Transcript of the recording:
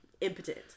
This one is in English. impotent